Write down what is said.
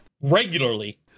regularly